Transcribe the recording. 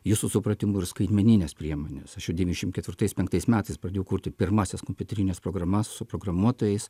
jūsų supratimu ir skaitmenines priemones aš jau devyniasdešim ketvirtais penktais metais pradėjau kurti pirmąsias kompiuterines programas su programuotojais